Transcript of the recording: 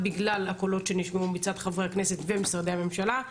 בגלל הקולות שנשמעו מצד חברי הכנסת ומשרדי הממשלה.